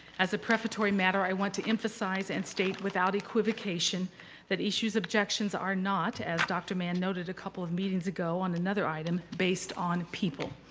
as a prefatory matter, i want to emphasize and state without equivocation that issu's objectives are not, as dr. mann noted a couple of meetings ago on another item, based on people.